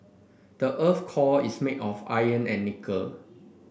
the earth's core is made of iron and nickel